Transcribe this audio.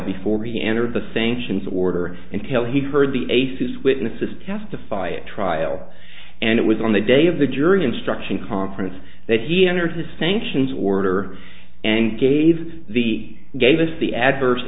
before he entered the sanctions order until he heard the atheist witnesses testify at trial and it was on the day of the jury instruction conference that he entered the sanctions order and gave the gave us the adverse